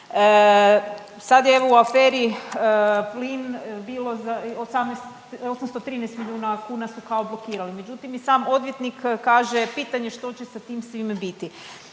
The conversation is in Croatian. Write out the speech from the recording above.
Sad je evo u aferi plin bilo 813 milijuna kuna su kao blokirali, međutim i sam odvjetnik kaže pitanje što će sa time svime biti.